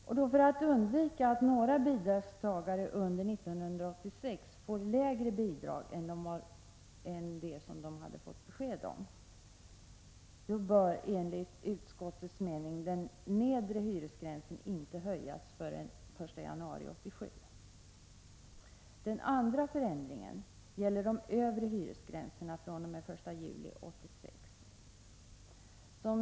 För att man skall undvika att några bidragstagare under 1986 får lägre bidrag än vad de fått besked om, bör enligt utskottets mening den nedre hyresgränsen inte höjas förrän den 1 januari 1987. Den andra förändringen gäller de övre hyresgränserna fr.o.m. den 1 juli 1986.